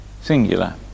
Singular